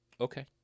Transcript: okay